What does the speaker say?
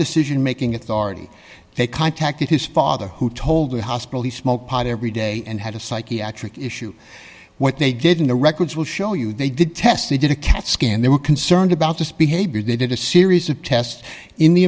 decision making authority they contacted his father who told the hospital he smoked pot every day and had a psychiatric issue what they did in the records will show you they did tests they did a cat scan they were concerned about this behavior they did a series of tests in the